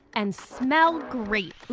and smell great!